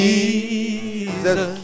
Jesus